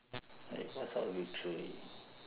like what sort of victory